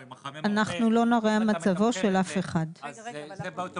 אנחנו מבקשים שדווקא במקרה הזה שזה יהיה כתוב,